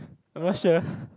I'm not sure